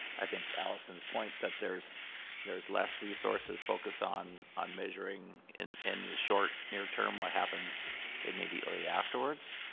i think allison's point that there's there's less resources focused on on measuring in in the short near term what happens immediately afterwards.